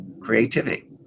creativity